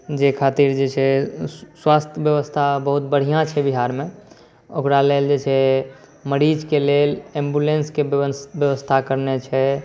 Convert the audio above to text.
जाहि खातिर जे छै स्वास्थ व्यवस्था बहुत बढिऑं छै बिहारमे एकरा लेल जे छै मरीज के लेल एम्भुलेंसके व्यवस्था करने छै